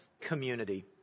community